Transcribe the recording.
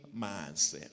mindset